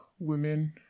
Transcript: women